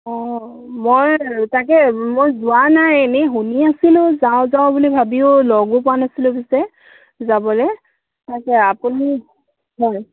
অঁ মই তাকে মই যোৱা নাই এনেই শুনি আছিলোঁ যাওঁ যাওঁ বুলি ভাবিয়ো লগো পোৱা নাছিলোঁ পিছে যাবলৈ তাকে আপুনি হয়